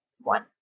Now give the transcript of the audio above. one